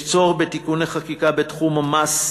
יש צורך בתיקוני חקיקה בתחום המס,